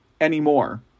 anymore